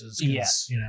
Yes